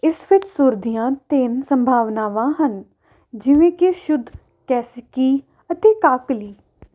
ਇਸ ਵਿਚ ਸੁਰ ਦੀਆਂ ਤਿੰਨ ਸੰਭਾਵਨਾਵਾਂ ਹਨ ਜਿਵੇਂ ਕਿ ਸ਼ੁੱਧ ਕੈਸਿਕੀ ਅਤੇ ਕਾਕਲੀ